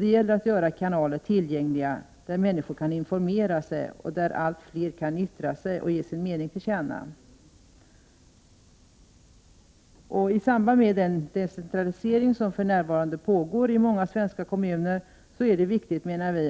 Det gäller att göra kanaler tillgängliga där människor kan informera sig och där allt fler kan yttra sig och ge sin mening till känna. I samband med den decentralisering som för närvarande pågår i många svenska kommuner är det viktigt